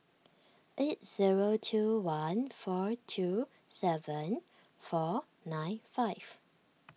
eight zero two one four two seven four nine five